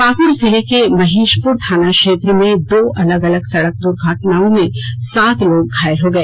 पाक्ड़ जिले के महेशपुर थाना क्षेत्र में दो अलग अलग सड़क द्र्घटना में सात लोग घायल हो गए